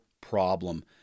problem